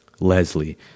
Leslie